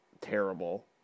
terrible